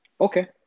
Okay